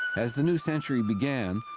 as the new century began,